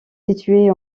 située